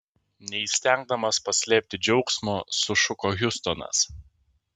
neįstengdamas paslėpti džiaugsmo sušuko hiustonas